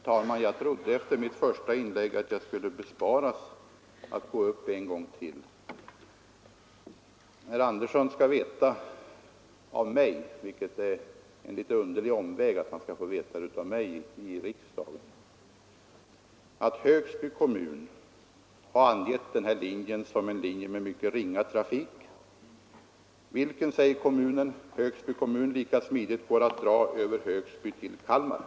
Herr talman! Jag trodde efter mitt förra inlägg att jag skulle besparas att gå upp en gång till. Herr Andersson i Nybro skall få veta av mig — även om det är en litet underlig omväg att han skall få veta det på detta sätt här i riksdagen — att Högsby kommun har angett den här linjen som en linje med mycket ringa trafik, vilken — säger Högsby kommun — lika smidigt går att dra över Högsby till Kalmar.